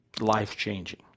life-changing